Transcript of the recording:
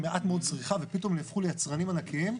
מעט מאוד צריכה ופתאום נהפכו ליצרנים ענקיים.